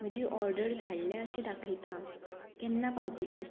म्हजी ऑर्डर धाडल्या अशें दाखयता केन्ना पावतली